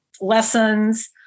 lessons